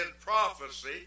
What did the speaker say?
prophecy